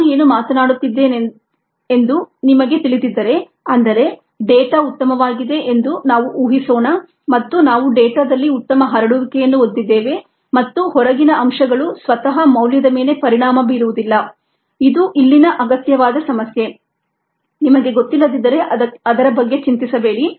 ನಾನು ಏನು ಮಾತನಾಡುತ್ತಿದ್ದೇನೆಂದು ನಿಮಗೆ ತಿಳಿದಿದ್ದರೆ ಅಂದರೆ ಡೇಟಾ ಉತ್ತಮವಾಗಿದೆ ಎಂದು ನಾವು ಊಹಿಸೋಣ ಮತ್ತು ನಾವು ಡೇಟಾದಲ್ಲಿ ಉತ್ತಮ ಹರಡುವಿಕೆಯನ್ನು ಹೊಂದಿದ್ದೇವೆ ಮತ್ತು ಹೊರಗಿನ ಅಂಶಗಳು ಔಟ್ಲೆಯರ್ಸ್ ಸ್ವತಃ ಮೌಲ್ಯದ ಮೇಲೆ ಪರಿಣಾಮ ಬೀರುವುದಿಲ್ಲ ಇದು ಇಲ್ಲಿನ ಅಗತ್ಯವಾದ ಸಮಸ್ಯೆ ನಿಮಗೆ ಗೊತ್ತಿಲ್ಲದಿದ್ದರೆ ಅದರ ಬಗ್ಗೆ ಚಿಂತಿಸಬೇಡಿ